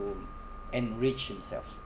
enrich himself